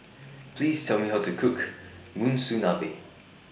Please Tell Me How to Cook Monsunabe